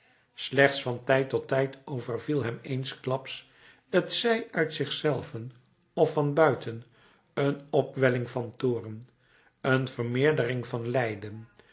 slechts van tijd tot tijd overviel hem eensklaps t zij uit zich zelven of van buiten een opwelling van toorn een vermeerdering van lijden